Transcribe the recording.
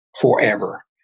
forever